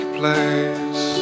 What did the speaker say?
place